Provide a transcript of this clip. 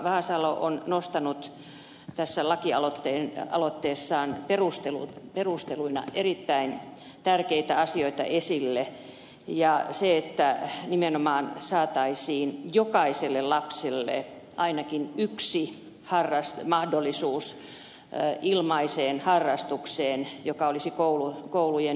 vahasalo on nostanut tässä lakialoitteessaan perusteluina erittäin tärkeitä asioita esille ja nimenomaan että saataisiin jokaiselle lapselle ainakin yksi mahdollisuus ilmaiseen harrastukseen joka olisi koulujen yhteydessä